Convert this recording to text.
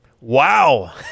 Wow